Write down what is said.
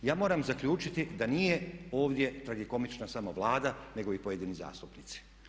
Ja moram zaključiti da nije ovdje tragikomična samo Vlada nego i pojedini zastupnici.